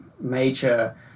major